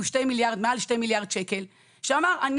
אני